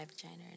vagina